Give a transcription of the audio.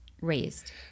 raised